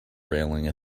railing